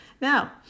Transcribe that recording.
Now